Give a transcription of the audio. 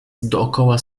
dookoła